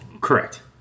Correct